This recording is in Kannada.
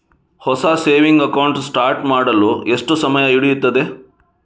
ಹೊಸ ಸೇವಿಂಗ್ ಅಕೌಂಟ್ ಸ್ಟಾರ್ಟ್ ಮಾಡಲು ಎಷ್ಟು ಸಮಯ ಹಿಡಿಯುತ್ತದೆ?